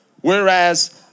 Whereas